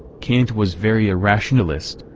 kant was very a rationalist,